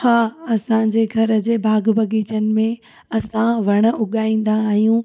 हा असांजे घर जे बाग़ु बाग़ीचनि में असां वण उगाईंदा आहियूं